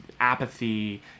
apathy